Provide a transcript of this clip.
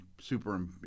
super